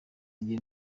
igihe